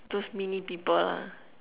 those mini people lah